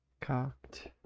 Cocked